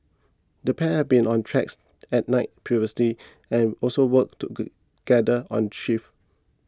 the pair had been on tracks at night previously and also worked together on shifts